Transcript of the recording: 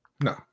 No